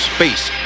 Space